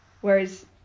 Whereas